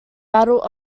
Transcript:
battle